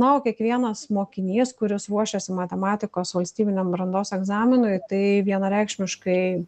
na o kiekvienas mokinys kuris ruošiasi matematikos valstybiniam brandos egzaminui tai vienareikšmiškai